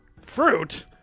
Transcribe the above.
Fruit